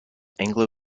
anglo